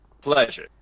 Pleasure